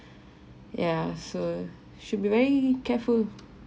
ya so should be very careful